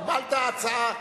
קיבלת הצעה.